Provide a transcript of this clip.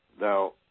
now